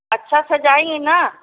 अच्छा सजाएँगी ना